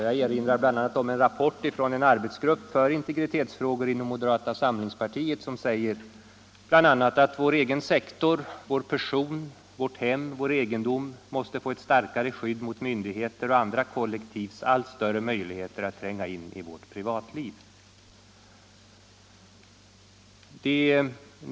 Jag erinrar om en rapport från en arbetsgrupp för integritetsfrågor — inom moderata samlingspartiet — som säger bl.a. att vår egen sektor, vår person, vår egendom måste få ett starkare skydd mot myndigheters och andra kollektivs allt större möjligheter att tränga in i vårt privatliv.